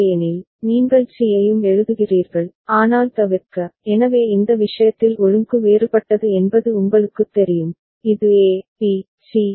இல்லையெனில் நீங்கள் சி யையும் எழுதுகிறீர்கள் ஆனால் தவிர்க்க எனவே இந்த விஷயத்தில் ஒழுங்கு வேறுபட்டது என்பது உங்களுக்குத் தெரியும் இது ஏ பி சி